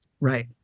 Right